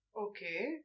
okay